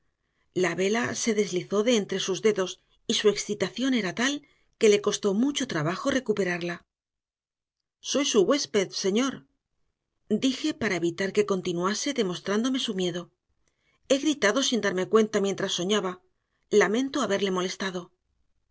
la vela se deslizó de entre sus dedos y su excitación era tal que le costó mucho trabajo recuperarla soy su huésped señor dije para evitar que continuase demostrándome su miedo he gritado sin darme cuenta mientras soñaba lamento haberle molestado